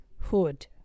hood